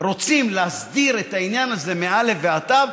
רוצים להסדיר את העניין הזה מא' ועד ת',